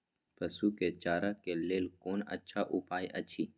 पशु के चारा के लेल कोन अच्छा उपाय अछि?